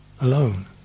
alone